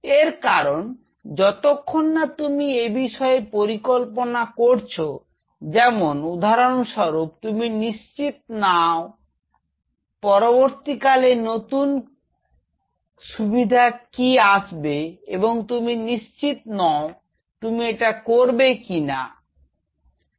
এর কারণ যতক্ষণ না তুমি এ বিষয়ে পরিকল্পনা করছ যেমন উদাহরণস্বরূপ তুমি নিশ্চিত না ও পরবর্তীকালে নতুন সুবিধা কি আসবে এবং তুমি নিশ্চিত না তুমি এটা করবে কি করবেনা